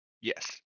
Yes